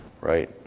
right